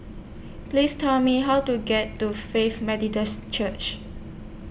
Please Tell Me How to get to Faith Methodist Church